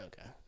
Okay